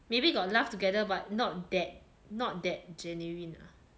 maybe got laugh together but not that not that genuine ah